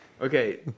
okay